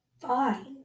fine